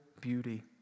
beauty